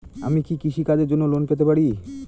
আমি কি কৃষি কাজের জন্য লোন পেতে পারি?